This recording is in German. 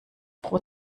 pro